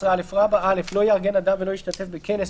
11א.(א) לא יארגן אדם ולא ישתתף בכנס,